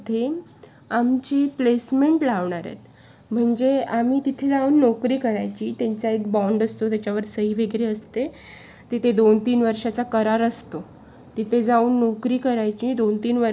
okay चालेल मग मी तसं त्यांना पा लिंक पाठवते ती तू घ्यायला सांग चालेल हां त्यांना विचार आणखीन काही लागणार आहेत का कागदपत्र उदारणार्थ फोटो आय डी